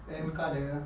then kau ada